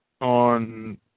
on